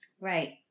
Right